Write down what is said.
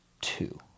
two